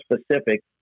specific